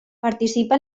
participa